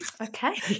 Okay